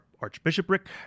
archbishopric